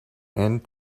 and